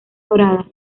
doradas